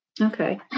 Okay